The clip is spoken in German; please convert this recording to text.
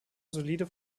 solide